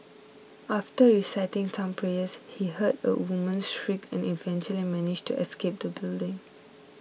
after reciting some prayers he heard a woman's shriek and eventually managed to escape the building